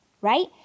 right